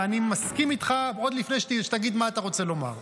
ואני מסכים איתך עוד לפני שתגיד מה שאתה רוצה לומר.